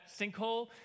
sinkhole